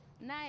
Nice